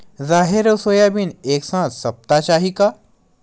राहेर अउ सोयाबीन एक साथ सप्ता चाही का?